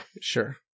Sure